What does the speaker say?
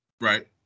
right